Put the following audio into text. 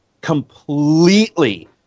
completely